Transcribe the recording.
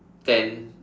ten